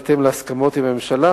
בהתאם להסכמות עם הממשלה,